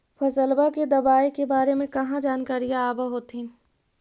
फसलबा के दबायें के बारे मे कहा जानकारीया आब होतीन?